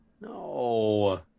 No